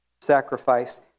sacrifice